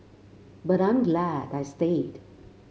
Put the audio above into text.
but I am glad I stayed